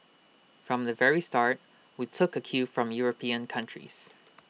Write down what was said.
from the very start we took A cue from european countries